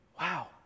wow